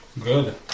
Good